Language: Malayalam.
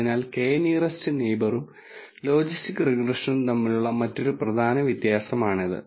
അതിനാൽ k നിയറെസ്റ് നെയിബറും ലോജിസ്റ്റിക് റിഗ്രഷനും തമ്മിലുള്ള മറ്റൊരു പ്രധാന വ്യത്യാസമാണിത്